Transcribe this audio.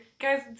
Guys